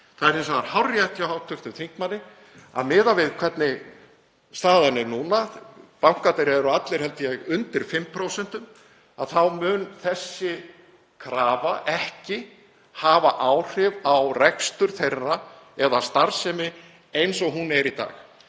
Það er hins vegar hárrétt hjá hv. þingmanni að miðað við það hvernig staðan er núna, að bankarnir eru allir, held ég, undir 5%, mun þessi krafa ekki hafa áhrif á rekstur þeirra eða starfsemi eins og hún er í dag.